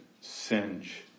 singe